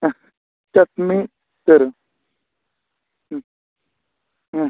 ആ ചട്ണി തരും ആ